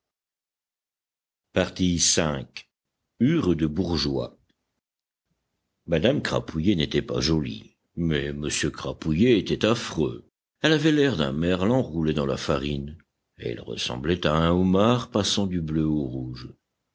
encore hures de bourgeois madame crapouillet n'était pas jolie mais m crapouillet était affreux elle avait l'air d'un merlan roulé dans la farine et il ressemblait à un homard passant du bleu au rouge